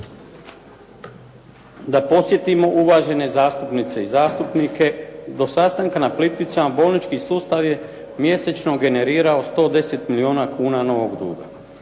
Da podsjetimo uvažene zastupnice i zastupnike, do sastanka na Plitvicama bolnički sustav je mjesečno generirao 110 milijuna kuna novog duga.